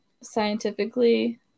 scientifically